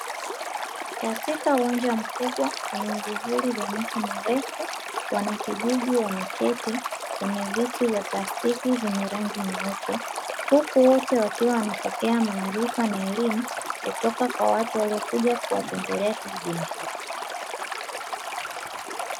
Katika uwanja mkubwa wenye vivuli vya mti mrefu wanakijiji wameketi kwenye viti vya plastiki vyenye rangi nyeupe, huku wote wakiwa wanapokea maarifa na elimu kutoka kwa watu waliokuja kuwatembelea kijijini hapo.